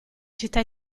città